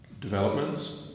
developments